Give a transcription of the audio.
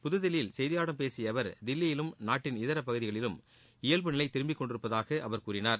புதுதில்லியில் செய்தியாளர்களிடம் பேசிய அவர் தில்லியிலும் நாட்டின் இதரப் பகுதிகளிலும் இயல்பு நிலை திரும்பிக் கொண்டிருப்பதாக அவர் கூறினார்